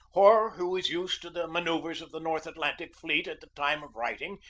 or who is used to the manoeuvres of the north atlantic fleet at the time of writing,